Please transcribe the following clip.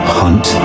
hunt